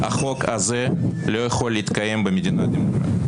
"החוק הזה לא יכול להתקיים במדינה דמוקרטית".